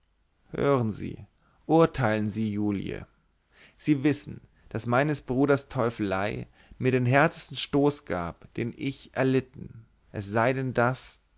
hören sie urteilen sie julie sie wissen daß meines bruders teufelei mir den härtesten stoß gab den ich erlitten es sei denn daß